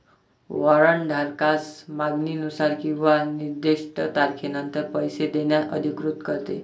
warrant धारकास मागणीनुसार किंवा निर्दिष्ट तारखेनंतर पैसे देण्यास अधिकृत करते